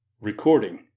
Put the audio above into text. Recording